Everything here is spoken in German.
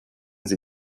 sie